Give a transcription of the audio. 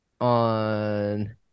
on